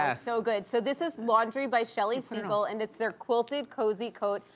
ah so good. so this is laundry by shelli segal, and it's their quilted cozy coat.